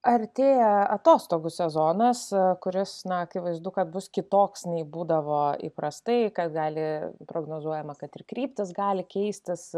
artėja atostogų sezonas kuris na akivaizdu kad bus kitoks nei būdavo įprastai ką gali prognozuojama kad ir kryptis gali keistis